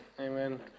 amen